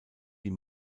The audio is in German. die